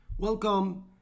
Welcome